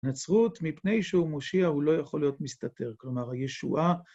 נצרות, מפני שהוא מושיע, הוא לא יכול להיות מסתתר, כלומר, הישועה...